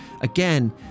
again